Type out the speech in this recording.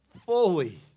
fully